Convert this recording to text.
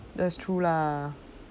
that's true lah